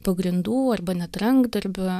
pagrindų arba net rankdarbių